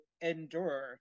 endure